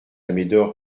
médor